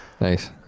Nice